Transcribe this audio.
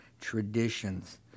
traditions